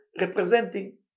representing